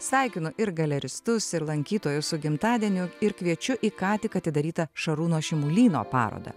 sveikinu ir galeristus ir lankytojus su gimtadieniu ir kviečiu į ką tik atidarytą šarūno šimulyno parodą